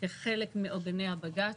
כחלק מעוגני הבג"ץ,